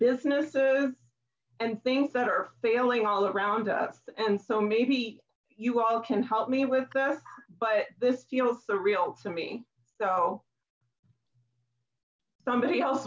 businesses and things that are failing all around us and so maybe you all can help me with this but this feels surreal to me so somebody else